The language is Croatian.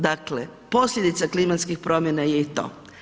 Dakle, posljedica klimatskih promjena je i to.